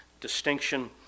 distinction